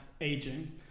aging